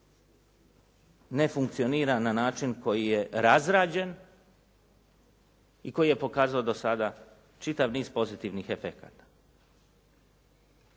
ne funkcionira na način koji je razrađen i koji je pokazao do sada čitav niz pozitivnih efekata.